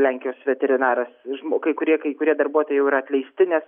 lenkijos veterinaras žmo kai kurie kai kurie darbuotojai jau yra atleisti nes